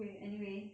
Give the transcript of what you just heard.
back to it